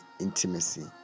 intimacy